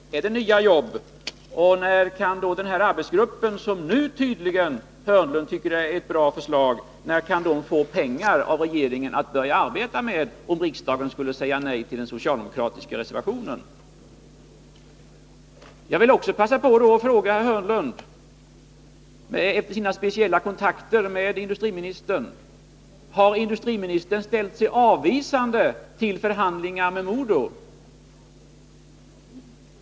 Är det nya jobb? Och när kan den föreslagna arbetsgruppen — ett förslag som herr Hörnlund tydligen nu tycker är bra — få pengar av regeringen att börja arbeta med? Jag vill också passa på att fråga herr Hörnlund, efter dennes speciella kontakter med industriministern: Har industriministern ställt sig avvisande till förhandlingar med MoDo?